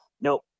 nope